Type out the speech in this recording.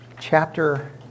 chapter